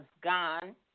gone